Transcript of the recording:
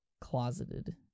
closeted